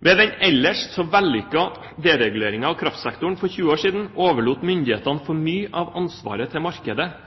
Ved den ellers så vellykkede dereguleringen av kraftsektoren for 20 år siden overlot myndighetene for mye av ansvaret til markedet,